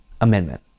amendment